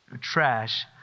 trash